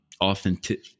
authentic